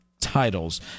titles